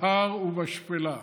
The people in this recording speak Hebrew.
בהר ובשפלה.